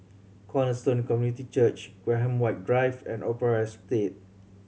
Cornerstone Community Church Graham White Drive and Opera Estate